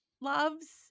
loves